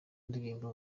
ndirimbo